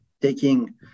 taking